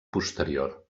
posterior